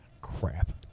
Crap